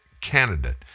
candidate